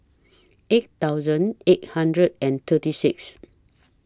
eight thousand eight hundred and thirty six